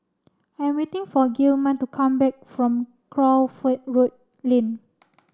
I am waiting for Gilman to come back from Crawford Road Lane